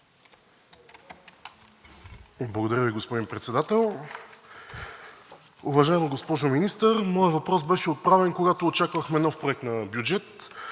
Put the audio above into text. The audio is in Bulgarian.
Благодаря Ви, господин Председател. Уважаема госпожо Министър, моят въпрос беше отправен, когато очаквахме нов проект на бюджет,